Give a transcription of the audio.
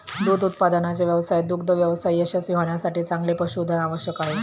दूध उत्पादनाच्या व्यवसायात दुग्ध व्यवसाय यशस्वी होण्यासाठी चांगले पशुधन आवश्यक आहे